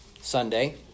Sunday